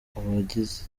uwagize